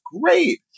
Great